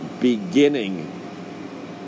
beginning